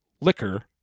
liquor